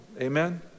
Amen